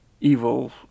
evil